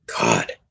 God